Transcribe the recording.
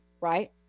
Right